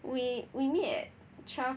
wait we meet at twelve